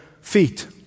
feet